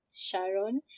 Sharon